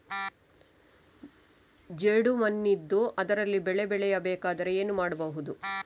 ಜೇಡು ಮಣ್ಣಿದ್ದು ಅದರಲ್ಲಿ ಬೆಳೆ ಬೆಳೆಯಬೇಕಾದರೆ ಏನು ಮಾಡ್ಬಹುದು?